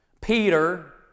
Peter